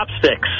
Chopsticks